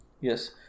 Yes